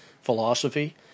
philosophy